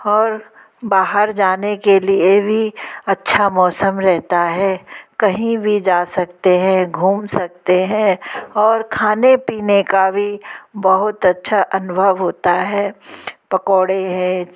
और बाहर जाने के लिए भी अच्छा मौसम रहता है कहीं भी जा सकते हैं घूम सकते हैं और खाने पीने का भी बहुत अच्छा अनुभव होता है पकोड़े हैं